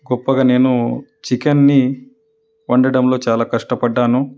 గొప్పగా నేను చికెన్ని వండటంలో చాలా కష్టపడ్డాను